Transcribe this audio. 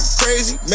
crazy